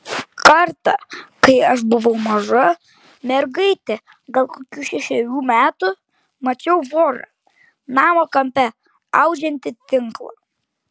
kartą kai aš buvau maža mergaitė gal kokių šešerių metų mačiau vorą namo kampe audžiantį tinklą